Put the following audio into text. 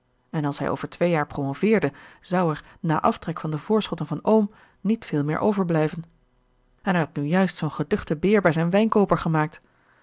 en als hij over twee jaar promoveerde zou er na aftrek van de voorschotten van oom niet veel meer overblijven en hij had nu juist zoo'n geduchten beer bij zijn wijnkooper gemaakt